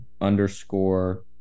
underscore